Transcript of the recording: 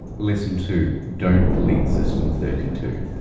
lesson two. don't delete system thirty two.